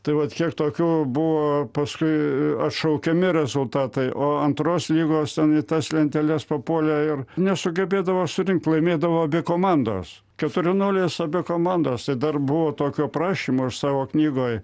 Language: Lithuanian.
tai vat kiek tokių buvo paskui atšaukiami rezultatai o antros lygos ten į tas lenteles papuolė ir nesugebėdavo surinkt laimėdavo abi komandos keturi nulis abi komandos tai dar buvo tokio prašymo aš savo knygoj